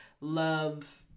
love